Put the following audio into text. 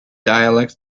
dialects